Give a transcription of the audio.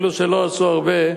אלו שלא עשו הרבה,